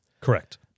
Correct